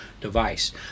device